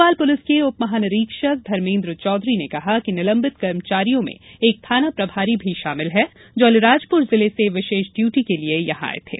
Bhopal police के उप महानिरीक्षक धर्मेंद्र चौधरी ने बताया कि निलंबित कर्मचारियों में एक थाना प्रभारी भी शामिल है जो अलीराजपुर जिले से विशेष डयूटी के लिए यहां आये थे